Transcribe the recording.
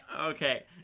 Okay